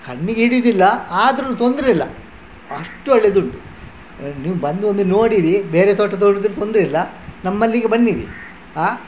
ಕಣ್ಣಿಗಿಡಿಯುದಿಲ್ಲ ಆದರು ತೊಂದರೆಯಿಲ್ಲ ಅಷ್ಟು ಒಳ್ಳೆದುಂಟು ನೀವು ಬಂದೊಮ್ಮೆ ನೋಡಿರಿ ಬೇರೆ ತೋಟ ನೋಡಿದರೆ ತೊಂದರೆಯಿಲ್ಲ ನಮ್ಮಲ್ಲಿಗೆ ಬನ್ನಿರಿ ಹಾಂ